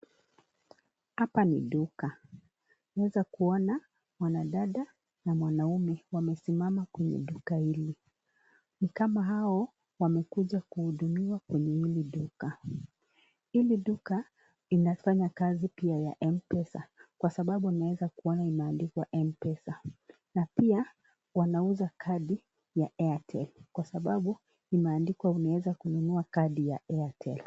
Hapa ni duka, tunaweza kuona mwanadada na mwanaume wamesimama kwenye duka hili nikama hao wamekuja kuhudumiwa kwenye hili duka. Hili duka linafanya kazi pia ya Mpesa kwa sababu kua imeandikwa Mpesa na pia wanauza kadi ya Airtel kwa sababu imeandikwa unaweza kununua kadi ya Airtel.